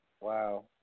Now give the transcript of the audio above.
wow